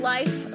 Life